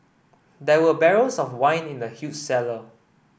there were barrels of wine in the huge cellar